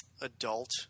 adult